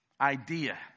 idea